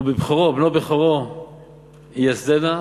בבנו בכורו ייסדנה,